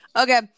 Okay